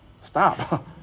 stop